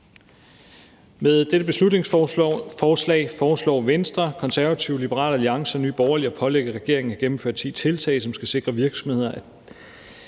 Med dette beslutningsforslag foreslår Venstre, Konservative, Liberal Alliance og Nye Borgerlige at pålægge regeringen at gennemføre ti tiltag, som skal sikre, at virksomheder